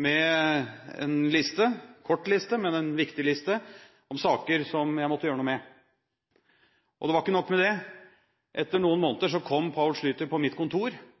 med en liste – en kort, men viktig liste – med saker som jeg måtte gjøre noe med. Det var ikke nok med det; etter noen måneder kom Poul Schlüter på mitt kontor